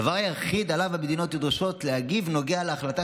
הדבר היחיד שעליו המדינות נדרשות להגיב נוגע להחלטה